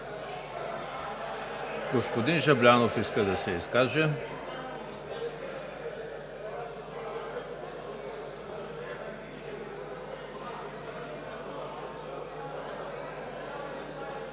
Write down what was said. Господин Жаблянов иска да се изкаже.